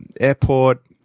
airport